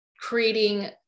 creating